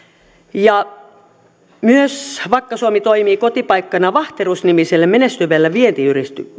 ja vakka suomi toimii kotipaikkana myös vahterus nimiselle menestyvälle vientiyritykselle